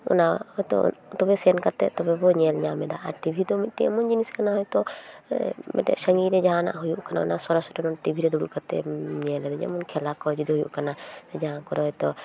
ᱚᱱᱟ ᱦᱚᱭᱛᱚ ᱫᱚᱢᱮ ᱥᱮᱱ ᱠᱟᱛᱮᱫ ᱛᱚᱵᱮ ᱵᱚᱱ ᱧᱮᱞ ᱧᱟᱢᱮᱫᱟ ᱴᱤᱵᱷᱤ ᱫᱚ ᱢᱤᱫᱴᱮᱱ ᱮᱢᱚᱱ ᱡᱤᱱᱤᱥ ᱠᱟᱱᱟ ᱦᱚᱭᱛᱚ ᱥᱟᱹᱜᱤᱧ ᱨᱮ ᱡᱟᱦᱟᱱᱟᱜ ᱦᱩᱭᱩᱜ ᱠᱟᱱᱟ ᱚᱱᱟ ᱥᱚᱨᱟᱥᱚᱨᱤ ᱴᱤᱵᱷᱤ ᱨᱮᱢ ᱧᱮᱞ ᱮᱫᱟ ᱡᱮᱢᱚᱱ ᱠᱷᱮᱞᱟ ᱠᱚ ᱡᱩᱫᱤ ᱦᱩᱭᱩ ᱠᱟᱱᱟ ᱥᱮ ᱡᱟᱦᱟᱸ ᱠᱚᱨᱮᱫᱚ